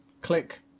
click